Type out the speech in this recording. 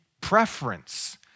preference